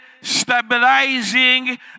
stabilizing